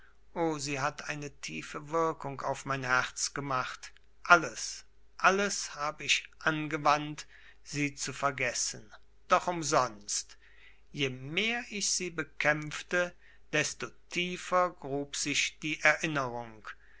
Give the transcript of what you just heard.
o sie hat eine tiefe wirkung auf mein herz gemacht alles alles hab ich angewandt sie zu vergessen doch umsonst je mehr ich sie bekämpfte desto tiefer grub sich die erinnerung